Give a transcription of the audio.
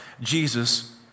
Jesus